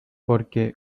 porque